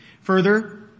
Further